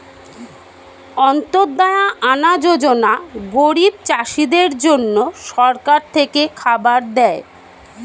অন্ত্যদায়া আনা যোজনা গরিব চাষীদের জন্য সরকার থেকে খাবার দেয়